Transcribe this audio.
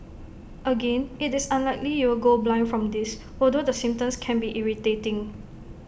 again IT is unlikely you will go blind from this although the symptoms can be irritating